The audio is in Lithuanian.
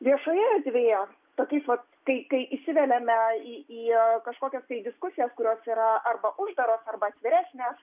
viešoje erdvėje tokiais vat kai kai įsiveliame į į kažkokias diskusijas kurios yra arba uždaros arba atviresnės